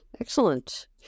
Excellent